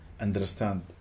understand